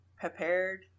prepared